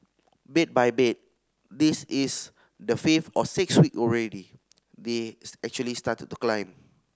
bit by bit this is the fifth or sixth week already they actually started to climb